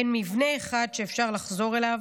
אין מבנה אחד שאפשר לחזור אליו,